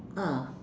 ah